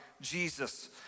Jesus